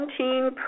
17%